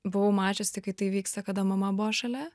buvau mačiusi kai tai vyksta kada mama buvo šalia